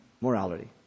morality